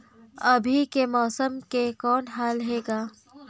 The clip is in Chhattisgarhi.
अभी के मौसम के कौन हाल हे ग?